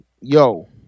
yo